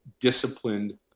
disciplined